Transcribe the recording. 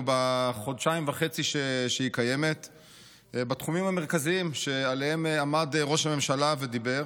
בחודשיים וחצי שהיא קיימת בתחומים המרכזיים שעליהם עמד ראש הממשלה ודיבר